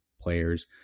players